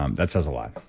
um that says a lot.